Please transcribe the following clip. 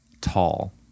tall